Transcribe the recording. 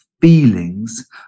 feelings